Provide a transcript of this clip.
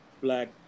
black